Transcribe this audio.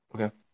Okay